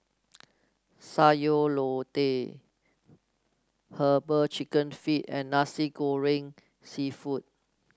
Sayur Lodeh herbal chicken feet and Nasi Goreng seafood